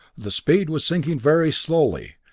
the speed was sinking very slowly,